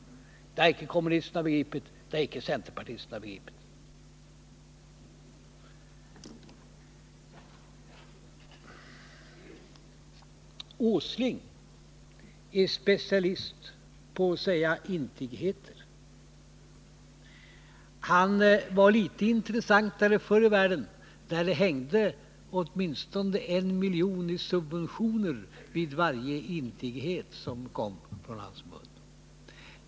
Det har icke kommunisterna och icke heller centerpartisterna begripit. Nils Åsling är specialist på att säga intigheter. Han var litet intressantare förr i världen, när det hängde åtminstone 1 miljon i subventioner vid varje intighet som kom från hans mun.